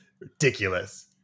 ridiculous